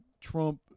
Trump